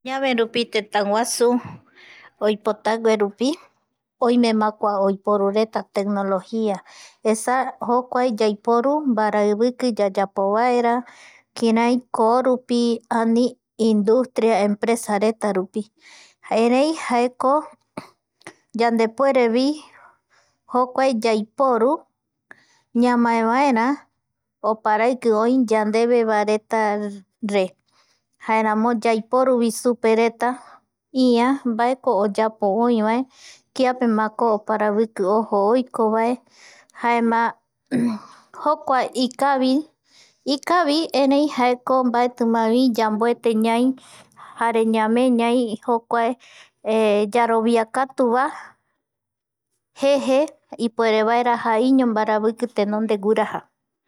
Añaverupi tetaguasu oipotargueupi oimema kua oiporureta tecnologia esa jokuae yaiporu mbaraeiki yayapovaera kirai koorupi ani industria rupi empresareta rupi erei jaeko yandepuerevi jokuae yaiporu ñamaevaera oparaiki oi yanderetare jaeramo yaiporu supereta ïa mbaeko oiporu oivae kiapemako oparaviki ojo oiko vae jaema jokuae ikavi, ikavi erei mbaetimavi yambiete ñai jare ñamee ñaivi jokuae yaroviakatu jeje ipuerevaera jaiño tenonde mbaraviki ryaraja